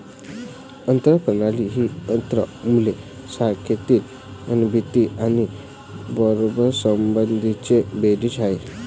अन्न प्रणाली ही अन्न मूल्य साखळीतील अभिनेते आणि परस्परसंवादांची बेरीज आहे